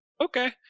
Okay